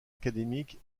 académiques